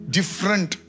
different